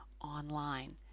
online